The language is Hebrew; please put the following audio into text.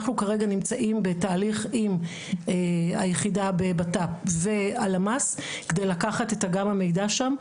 אנחנו כרגע נמצאים בתהליך עם היחידה בבט"פ ובלמ"ס כדי לקחת את המידע שם,